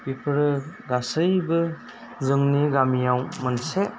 बेफोरो गासैबो जोंनि गामियाव मोनसे